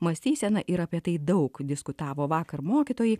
mąstyseną ir apie tai daug diskutavo vakar mokytojai